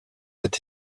est